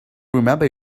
remember